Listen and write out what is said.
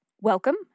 welcome